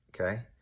okay